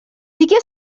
دیگه